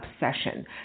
obsession